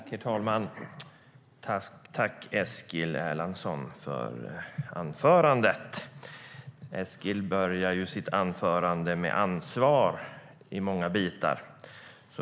Herr talman! Tack, Eskil Erlandsson, för anförandet! Eskil inledde sitt anförande med att tala om ansvar.